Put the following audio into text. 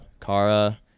Kara